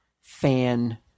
fan